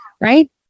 right